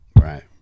Right